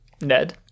Ned